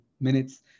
minutes